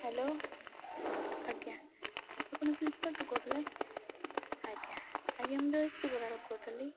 hello ଆଜ୍ଞା ଆପଣ ଫ୍ଲିପ୍କାର୍ଟରୁ କହୁଥିଲେ ଆଜ୍ଞା ଆଜ୍ଞା ମୁଁ